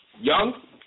Young